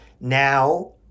now